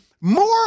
more